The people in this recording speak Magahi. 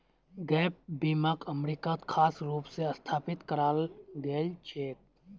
गैप बीमाक अमरीकात खास रूप स स्थापित कराल गेल छेक